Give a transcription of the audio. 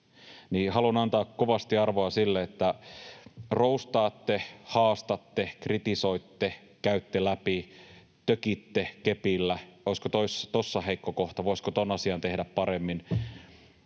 haluan antaa kovasti arvoa sille, että roustaatte, haastatte, kritisoitte, käytte läpi ja tökitte kepillä, olisiko tuossa heikko kohta, voisiko tuon asian tehdä paremmin.